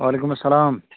وعلیکُم اسلام